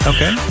Okay